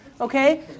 okay